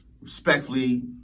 respectfully